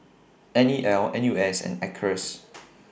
N E L N U S and Acres